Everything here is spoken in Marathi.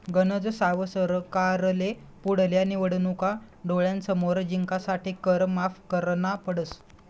गनज साव सरकारले पुढल्या निवडणूका डोळ्यासमोर जिंकासाठे कर माफ करना पडस